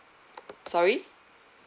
sorry